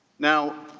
now,